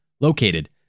located